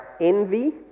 envy